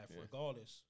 regardless